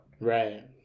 right